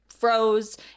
froze